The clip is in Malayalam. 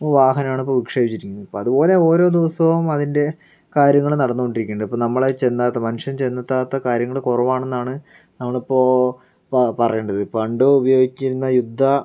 വാഹനമാണ് ഇപ്പം വിക്ഷേപിച്ചിരിക്കുന്നത് ഇപ്പം അതുപോലൊരു ഓരോ ദിവസവും അതിൻ്റെ കാര്യങ്ങള് നടന്ന് കൊണ്ടിരിക്കുന്നുണ്ട് ഇപ്പോൾ നമ്മള് ചെന്ന് എത്താത്ത മനുഷ്യൻ ചെന്ന് എത്താത്ത കാര്യങ്ങള് കുറവാണെന്നാണ് നമ്മളിപ്പോൾ ഇപ്പം പറയേണ്ടത് പണ്ട് ഉപയോഗിച്ചിരുന്ന യുദ്ധ